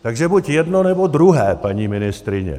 Takže buď jedno, nebo druhé, paní ministryně.